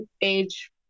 age